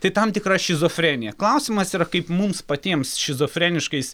tai tam tikra šizofrenija klausimas yra kaip mums patiems šizofreniškais